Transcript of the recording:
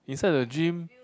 inside the gym